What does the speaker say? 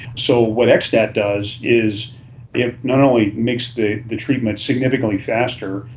so what xstat does is it not only makes the the treatment significantly faster,